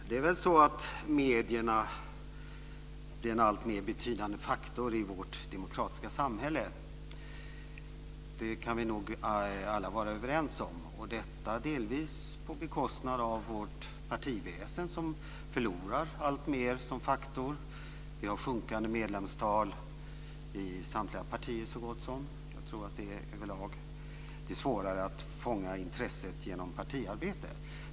Fru talman! Medierna blir en alltmer betydande i vårt demokratiska samhälle. Det kan vi nog alla vara överens om. Detta sker delvis på bekostnad av vårt partiväsen, som alltmer förlorar i betydelse. Vi har sjunkande medlemstal i så gott som samtliga partier. Vi har överlag svårare att fånga intresse genom partiarbete.